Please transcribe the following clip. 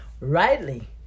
rightly